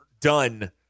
done